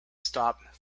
stop